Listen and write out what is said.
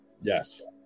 Yes